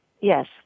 yes